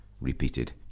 repeated